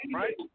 right